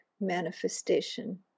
manifestation